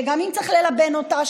שגם אם צריך ללבן אותה,